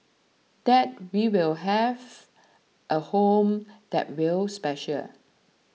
that we will have a home that will special